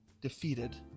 defeated